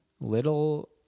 Little